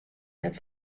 net